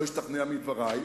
וודאי לא ישתכנע מדברי,